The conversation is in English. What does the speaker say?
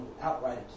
outright